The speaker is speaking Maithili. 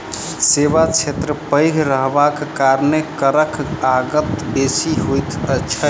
सेवा क्षेत्र पैघ रहबाक कारणेँ करक आगत बेसी होइत छै